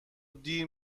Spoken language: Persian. دیر